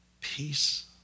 peace